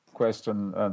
question